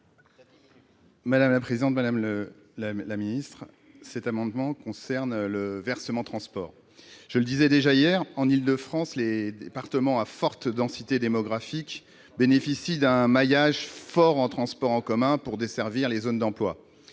: La parole est à M. Olivier Léonhardt. Cet amendement concerne le versement transport. Comme je le disais déjà hier, en Île-de-France, les départements à forte densité démographique bénéficient d'un maillage fort en transports en commun pour desservir les zones d'emploi.